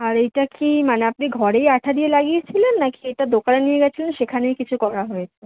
আর এইটা কি মানে আপনি ঘরেই আঠা দিয়ে লাগিয়েছিলেন না কি এটা দোকান নিয়ে গেছিলেন সেখানেই কিছু করা হয়েছে